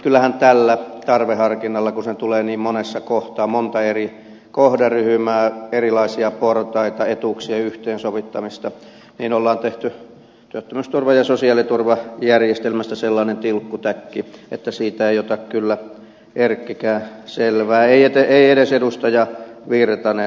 kyllähän tällä tarveharkinnalla kun se tulee niin monessa kohtaa monta eri kohderyhmää erilaisia portaita etuuksien yhteensovittamista on tehty työttömyysturva ja sosiaaliturvajärjestelmästä sellainen tilkkutäkki että siitä ei ota kyllä erkkikään selvää ei edes edustaja virtanen